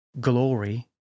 glory